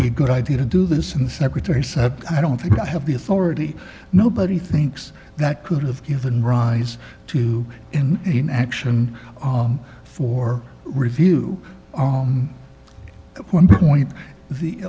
be a good idea to do this and the secretary said i don't think i have the authority nobody thinks that could have given rise to in in action for review one point